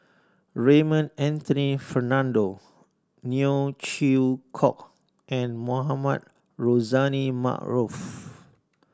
Raymond Anthony Fernando Neo Chwee Kok and Mohamed Rozani Maarof